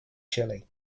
chili